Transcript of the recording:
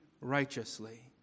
righteously